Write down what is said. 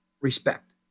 respect